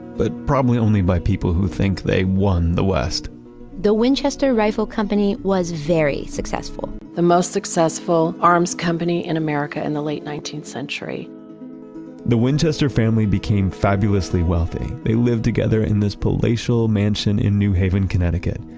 but probably only by people who think they won the west the winchester rifle company was very successful the most successful arms company in america in the late nineteenth century the winchester family became fabulously wealthy. they lived together in this palatial mansion in new haven, connecticut.